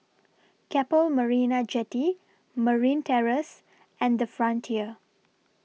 Keppel Marina Jetty Marine Terrace and The Frontier